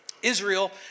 Israel